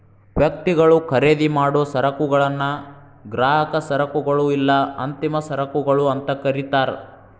ವ್ಯಕ್ತಿಗಳು ಖರೇದಿಮಾಡೊ ಸರಕುಗಳನ್ನ ಗ್ರಾಹಕ ಸರಕುಗಳು ಇಲ್ಲಾ ಅಂತಿಮ ಸರಕುಗಳು ಅಂತ ಕರಿತಾರ